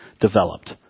developed